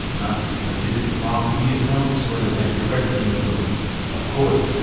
not because his philosophy itself sort of had direct influence of course,